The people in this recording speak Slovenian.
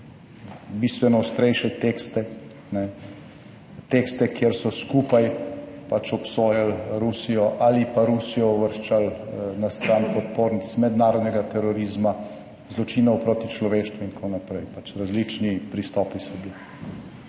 bistveno ostrejše tekste, tekste, kjer so skupaj pač obsojali Rusijo ali pa Rusijo uvrščali na stran podpornic mednarodnega terorizma, zločinov proti človeštvu in tako naprej, pač različni pristopi so bili.